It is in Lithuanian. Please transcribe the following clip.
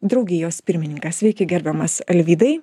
draugijos pirmininkas sveiki gerbiamas alvydai